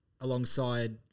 alongside